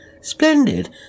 splendid